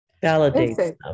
validate